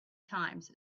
times